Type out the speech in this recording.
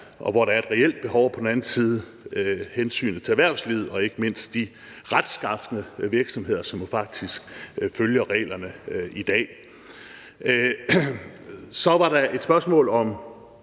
og hvor der er et reelt behov, og på den ene side hensynet til erhvervslivet og ikke mindst de retskafne virksomheder, som jo faktisk følger reglerne i dag. Så var der et spørgsmål om,